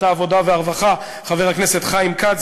העבודה והרווחה חבר הכנסת חיים כץ.